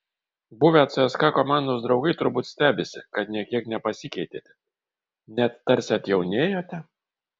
buvę cska komandos draugai turbūt stebisi kad nė kiek nepasikeitėte net tarsi atjaunėjote